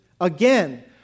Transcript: again